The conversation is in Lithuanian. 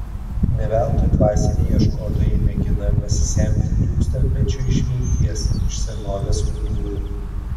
ne veltui dvasiniai ieškotojai mėgina pasisemti tūkstantmečių išminties iš senovės kultūrų